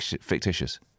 fictitious